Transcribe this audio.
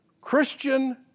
Christian